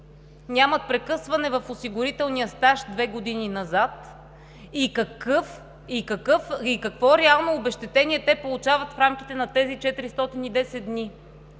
нямат прекъсване в осигурителния стаж две години назад и какво реално обезщетение те получават в рамките на тези 410 дни?